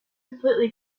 completely